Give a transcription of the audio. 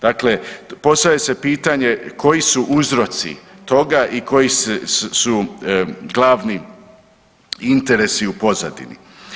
Dakle, postavlja se pitanje koji su uzroci toga i koji su glavni interesi u pozadini.